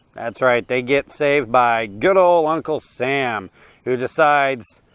that's right, they get saved by good ol uncle sam who decides,